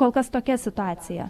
kol kas tokia situacija